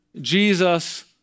Jesus